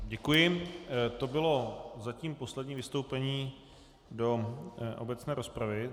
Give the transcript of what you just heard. Děkuji, to bylo zatím poslední vystoupení do obecné rozpravy.